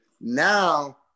Now